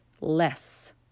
less